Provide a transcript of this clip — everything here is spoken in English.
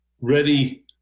ready